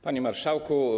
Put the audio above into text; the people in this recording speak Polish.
Panie Marszałku!